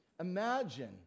Imagine